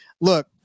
Look